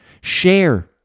Share